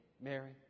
Mary